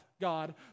God